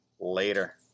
later